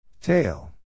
Tail